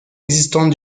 existantes